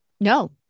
No